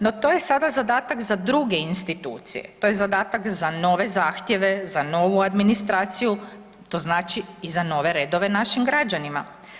No to je sada zadatak za druge institucije, to je zadatak za nove zahtjeve, za novu administraciju, to znači i za nove redove našim građanima.